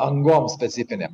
angoms specifinėm